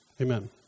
Amen